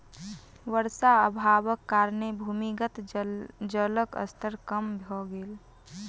वर्षा अभावक कारणेँ भूमिगत जलक स्तर कम भ गेल